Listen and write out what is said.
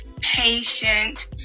patient